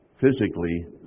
physically